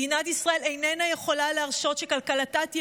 מדינת ישראל איננה יכולה להרשות שכלכלתה תהיה